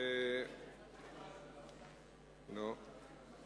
אינו נוכח.